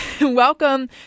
welcome